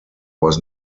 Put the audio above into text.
was